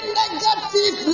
negative